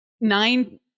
nine